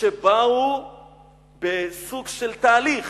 שבאו בסוג של תהליך.